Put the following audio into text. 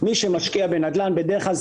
מי שמשקיע בנדל"ן בדרך כלל,